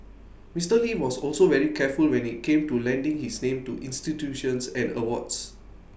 Mister lee was also very careful when IT came to lending his name to institutions and awards